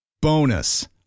Bonus